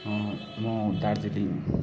म दार्जिलिङ